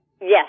Yes